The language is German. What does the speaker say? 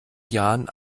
jahren